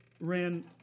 ran